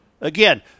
Again